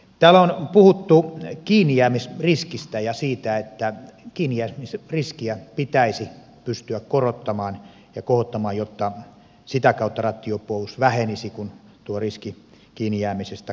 täällä on puhuttu kiinnijäämisriskistä ja siitä että kiinni jäämisen riskiä pitäisi pystyä korottamaan ja kohottamaan jotta sitä kautta rattijuoppous vähenisi kun tuo riski kiinni jäämisestä kasvaisi